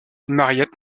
mariette